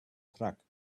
truck